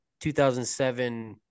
2007